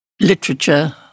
literature